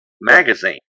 magazine